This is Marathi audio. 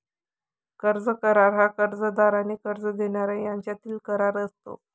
कर्ज करार हा कर्जदार आणि कर्ज देणारा यांच्यातील करार असतो